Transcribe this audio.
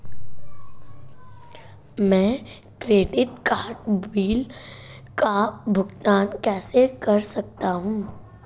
मैं credit card bill का भुगतान कैसे कर सकता हूं?